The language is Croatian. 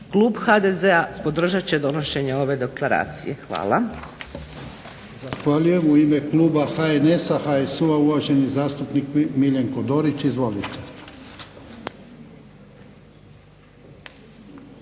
Klub HDZ-a podržat će donošenje ove deklaracije. Hvala. **Jarnjak, Ivan (HDZ)** Zahvaljujem. U ime kluba HNS-HSU-a uvaženi zastupnik Miljenko Dorić. Izvolite.